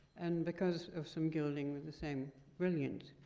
and because of some gilding, with the same brilliance.